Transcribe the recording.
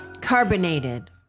Carbonated